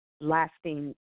lasting